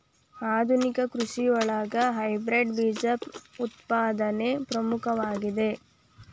ಆಧುನಿಕ ಕೃಷಿಯೊಳಗ ಹೈಬ್ರಿಡ್ ಬೇಜ ಉತ್ಪಾದನೆ ಪ್ರಮುಖವಾಗಿದೆ